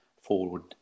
forward